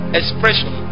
expression